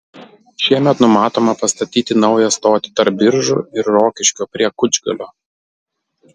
šiemet numatoma pastatyti naują stotį tarp biržų ir rokiškio prie kučgalio